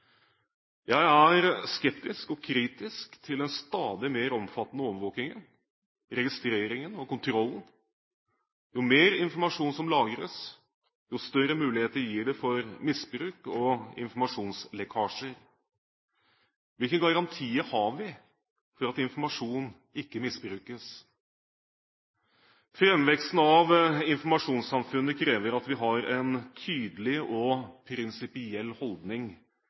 Jeg er skeptisk og kritisk til den stadig mer omfattende overvåkingen, registreringen og kontrollen. Jo mer informasjon som lagres, jo større muligheter gir det for misbruk og informasjonslekkasjer. Hvilke garantier har vi for at informasjon ikke misbrukes? Framveksten av informasjonssamfunnet krever at vi har en tydelig og prinsipiell holdning